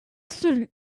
stood